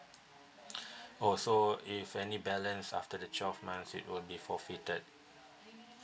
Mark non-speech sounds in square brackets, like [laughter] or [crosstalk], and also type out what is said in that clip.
[breath] oh so if any balance after the twelve months it would be forfeited